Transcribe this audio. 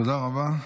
תודה רבה.